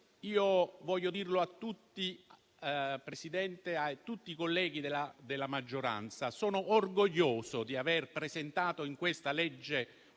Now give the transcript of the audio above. vorrei dire a tutti i colleghi della maggioranza che sono orgoglioso di aver presentato in questa